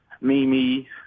Mimi